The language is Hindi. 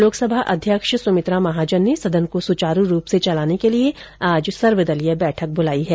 लोकसभा अध्यक्ष सुमित्रा महाजन ने सदन को सुचारू रूप से चलाने के लिये आज सर्वदलीय बैठक ब्लाई है